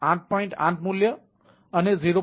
8 મૂલ્ય અને 0